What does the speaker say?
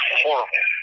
horrible